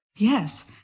Yes